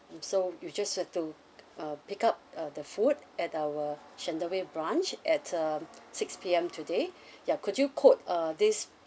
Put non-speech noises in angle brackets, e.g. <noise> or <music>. so you just have to uh pick up uh the food at our shenton way branch at um six P_M today <breath> ya could you code uh this